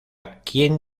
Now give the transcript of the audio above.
quien